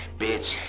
bitch